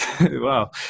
Wow